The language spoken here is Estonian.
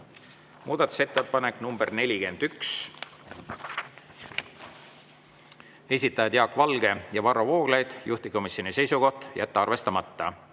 Muudatusettepanek nr 41, esitajad Jaak Valge ja Varro Vooglaid, juhtivkomisjoni seisukoht on jätta arvestamata.